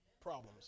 problems